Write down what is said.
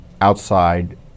outside